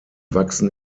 wachsen